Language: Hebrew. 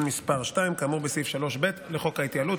מס' 2 כאמור בסעיף 3(ב) לחוק ההתייעלות.